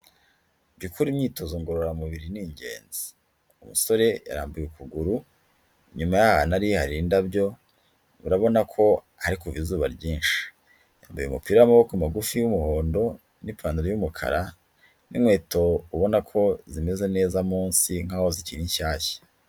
Jya ukora imyitozo ngororamubiri ni ingenzi, umusore yarambuye ukuguru inyuma y'ahantu ari hari indabyo urabona ko hari kuva izuba ryinshi, yambaye umupira w'amaboko magufi w'umuhondo n'ipantaro y'umukara n'inkweto ubona ko zimeze neza munsi nk'aho zikiri nshyashya.